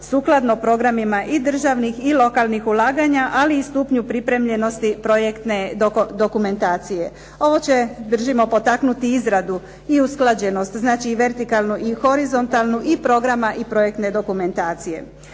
sukladno programima i državnih i lokalnih ulaganja, ali i stupnju pripremljenosti projektne dokumentacije. Ovo će držimo potaknuti izradu i usklađenost, znači i vertikalnu i horizontalnu, i programa i projektne dokumentacije.